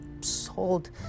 sold